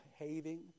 behaving